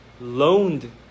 loaned